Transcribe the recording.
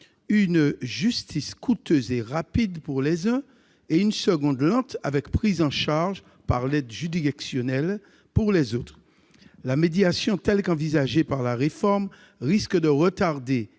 une justice coûteuse et rapide pour les uns, et une seconde lente avec prise en charge par l'aide juridictionnelle pour les autres. La médiation telle qu'envisagée par la réforme risque de retarder